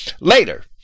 Later